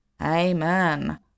Amen